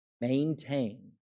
maintain